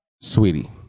Sweetie